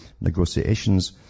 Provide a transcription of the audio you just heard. negotiations